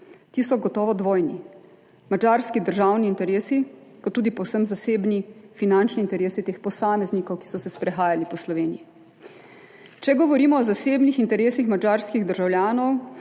Ti so gotovo dvojni, madžarski državni interesi, kot tudi povsem zasebni finančni interesi teh posameznikov, ki so se sprehajali po Sloveniji. Če govorimo o zasebnih interesih madžarskih državljanov,